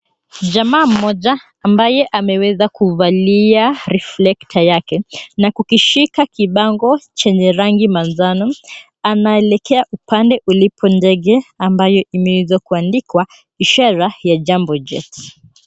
Jamaa moja, ambaye ameweza kuvalia reflector yake na kukishika kibango chenye rangi manjano anaelekea upande ambayo ndege ambayo imeweza kuandikwa ishara ya Jambo Jet.